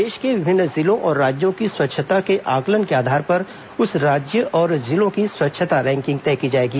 देश के विभिन्न जिलों और राज्यों की स्वच्छता के आंकलन के आधार पर उस राज्य और जिलों की स्वच्छता रैंकिंग तय की जाएगी